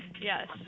yes